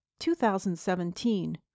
2017